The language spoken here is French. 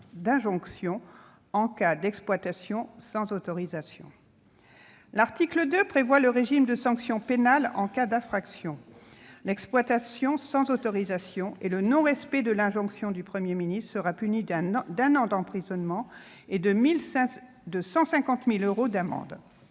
d'injonction en cas d'exploitation sans autorisation. L'article 2 fixe le régime de sanction pénale en cas d'infraction. L'exploitation sans autorisation et le non-respect de l'injonction du Premier ministre seront punis d'un an d'emprisonnement et d'une amende